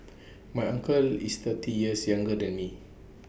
my uncle is thirty years younger than me